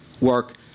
work